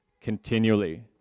continually